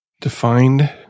defined